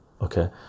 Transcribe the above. okay